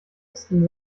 westen